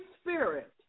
Spirit